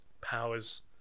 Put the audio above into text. powers